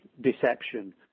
deception